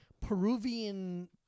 Peruvian